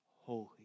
holy